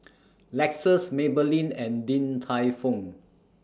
Lexus Maybelline and Din Tai Fung